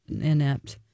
inept